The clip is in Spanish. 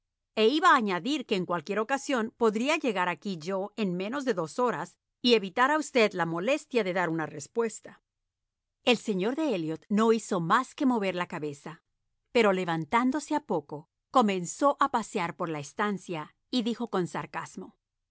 e iba a añadir que en cualquier ocasión podría llegar aquí yo en menos de dos horas y evitar a usted la molestia de dar una respuesta el señor de elliot no hizo más que mover la cabeza pero levantándose a poco comenzó a pasear por la estancia y dijo con sarcasmo